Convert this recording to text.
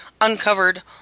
uncovered